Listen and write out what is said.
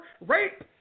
rape